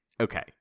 Okay